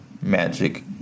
Magic